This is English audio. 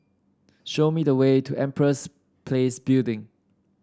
show me the way to Empress Place Building